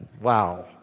Wow